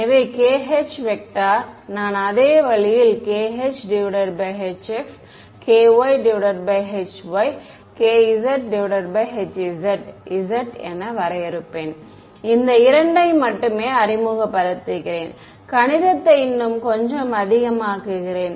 எனவே kh நான் அதே வழியில் kx hx ky hy kzhz z என வரையறுப்பேன் இந்த இரண்டையும் மட்டுமே அறிமுகப்படுத்துகிறேன் கணிதத்தை இன்னும் கொஞ்சம் அதிகமாக்குகிறேன்